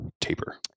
taper